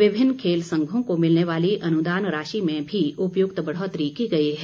विभिन्न खेल संघों को मिलने वाली अनुदान राशि में भी उपयुक्त बढ़ोतरी की गई है